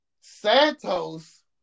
Santos